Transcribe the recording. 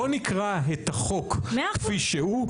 בואו נקרא את החוק כפי שהוא,